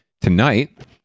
tonight